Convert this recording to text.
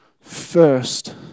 First